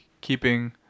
keeping